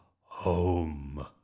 home